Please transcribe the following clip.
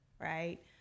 right